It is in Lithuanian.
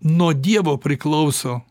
nuo dievo priklauso